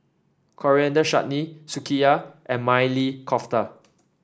Coriander Chutney and Maili Kofta